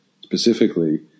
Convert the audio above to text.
specifically